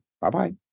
Bye-bye